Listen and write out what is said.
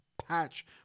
Patch